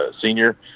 senior